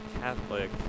Catholic